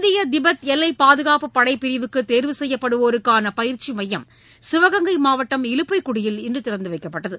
இந்திய திபேத் எல்லைப் பாதுகாப்பு படைப் பிரிவுக்குதேர்வு செய்யப்படுவோருக்கானபயிற்சிமையம் சிவகங்கை மாவட்டம் இலுப்பைக்குடியில் இன்றுதிறந்துவைக்கப்பட்டது